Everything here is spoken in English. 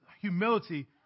humility